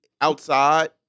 outside